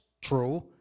true